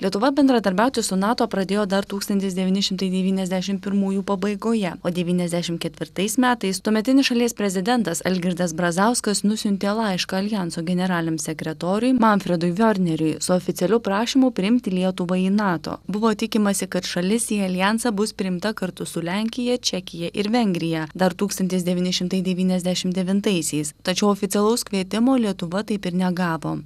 lietuva bendradarbiauti su nato pradėjo dar tūkstantis devyni šimtai devyniasdešim pirmųjų pabaigoje o devyniasdešim ketvirtais metais tuometinis šalies prezidentas algirdas brazauskas nusiuntė laišką aljanso generaliniam sekretoriui manfredui viorneriui su oficialiu prašymu priimti lietuvą į nato buvo tikimasi kad šalis į aljansą bus priimta kartu su lenkija čekija ir vengrija dar tūkstantis devyni šimtai devyniasdešim devintaisiais tačiau oficialaus kvietimo lietuva taip ir negavo